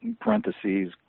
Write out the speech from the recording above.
parentheses